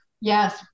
Yes